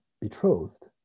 betrothed